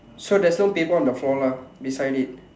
so there's no paper on the floor lah beside it